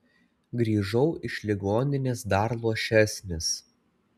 grįžau iš ligoninės dar luošesnis